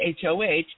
HOH